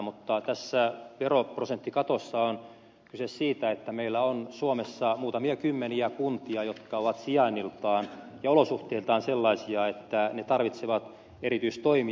mutta tässä veroprosenttikatossa on kyse siitä että meillä on suomessa muutamia kymmeniä kuntia jotka ovat sijainniltaan ja olosuhteiltaan sellaisia että ne tarvitsevat erityistoimia